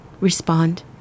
respond